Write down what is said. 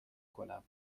کنم